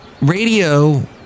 radio